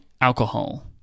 alcohol